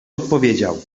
odpowiedział